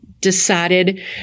decided